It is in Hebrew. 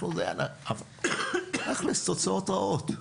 אבל תכלס תוצאות רעות.